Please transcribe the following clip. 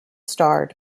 starred